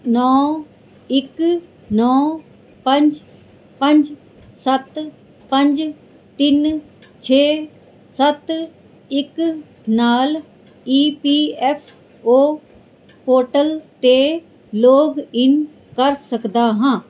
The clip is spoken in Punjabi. ਨੌ ਇੱਕ ਨੌ ਪੰਜ ਪੰਜ ਸੱਤ ਪੰਜ ਤਿੰਨ ਛੇ ਸੱਤ ਇੱਕ ਨਾਲ E P F O portal 'ਤੇ ਲੌਗਇਨ ਕਰ ਸਕਦਾ ਹਾਂ